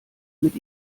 mit